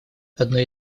одной